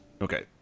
okay